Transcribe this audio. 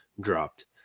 dropped